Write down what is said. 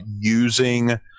using